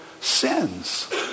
sins